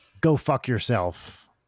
go-fuck-yourself